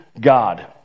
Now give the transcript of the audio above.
God